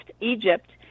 Egypt